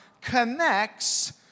connects